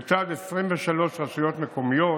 לצד 23 רשויות מקומיות